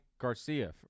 Garcia